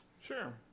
Sure